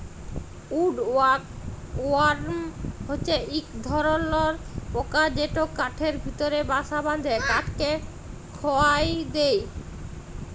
would worm হছে ইক ধরলর পকা যেট কাঠের ভিতরে বাসা বাঁধে কাঠকে খয়ায় দেই